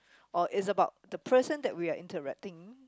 or is about the person that we are interacting